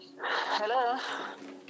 Hello